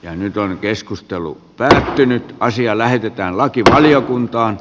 jo nyt on keskustellut väsähtynyt asia lähetetään lakivaliokuntaan